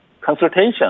consultation